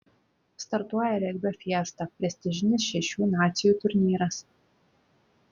startuoja regbio fiesta prestižinis šešių nacijų turnyras